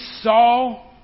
saw